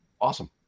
awesome